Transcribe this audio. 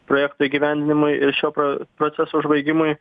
projekto įgyvendinimui ir šio pro proceso užbaigimui